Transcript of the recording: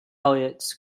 modernist